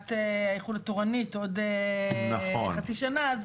נשיאת האיחוד התורנית עוד חצי שנה.